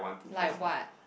like what